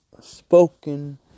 spoken